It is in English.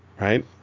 right